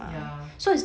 ya